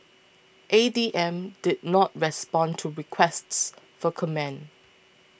A D M did not respond to requests for comment